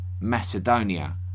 Macedonia